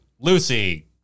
Lucy